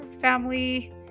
family